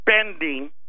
spending